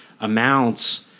amounts